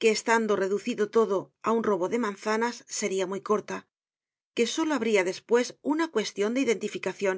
que estando reducido todo á un robo de manza ñas seria muy corta que solo habria despues una cuestion de identificacion